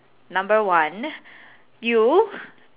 number one you